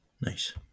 nice